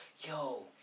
yo